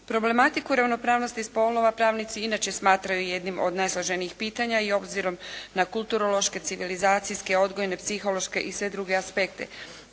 Problematiku ravnopravnosti spolova pravnici inače smatraju jednim od najsloženijih pitanja i obzirom na kulturološke, civilizacijske, odgojne, psihološke i sve druge aspekte.